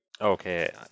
Okay